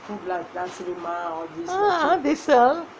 ah they sell